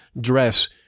dress